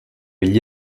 gli